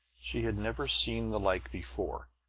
she had never seen the like before,